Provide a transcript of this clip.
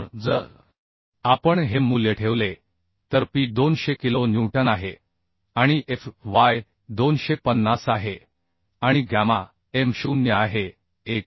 तर जर आपण हे मूल्य ठेवले तर P 200 किलो न्यूटन आहे आणि Fy250 आहे आणि गॅमा m 0 आहे1